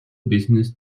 business